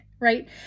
right